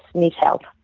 needs help.